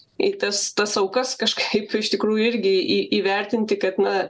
į tas tas aukas kažkaip iš tikrųjų irgi į įvertinti kad na